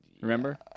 Remember